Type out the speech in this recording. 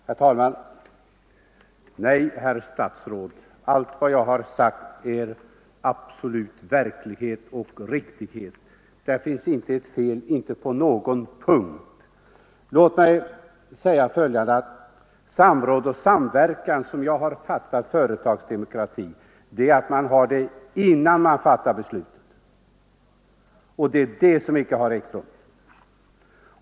Herr talman! Nej, herr statsråd, allt vad jag sagt är verklighet och absolut riktigt; det finns inte något fel på någon punkt i mitt anförande. Som jag har fattat företagsdemokrati är samråd och samverkan någonting som förekommer innan man fattar beslut, och det är det som inte har ägt rum i detta fall.